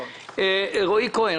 רועי כהן,